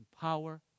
power